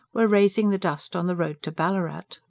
were raising the dust on the road to ballarat.